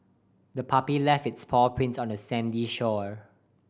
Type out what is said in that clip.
the puppy left its paw prints on the sandy shore